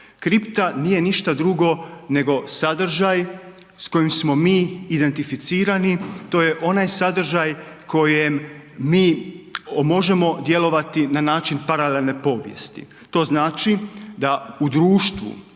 Kripta nije ništa drugo nego sadržaj s kojim smo mi identificirani, to je onaj sadržaj kojem mi možemo djelovati na način paralelne povijesti. To znači da u društvu